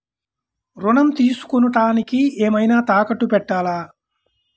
ఋణం తీసుకొనుటానికి ఏమైనా తాకట్టు పెట్టాలా?